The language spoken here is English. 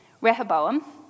Rehoboam